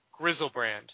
Grizzlebrand